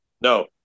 no